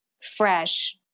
fresh